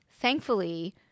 Thankfully